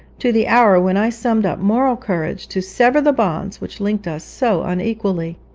to the hour when i summoned up moral courage to sever the bonds which linked us so unequally.